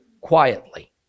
quietly